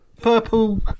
purple